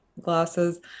glasses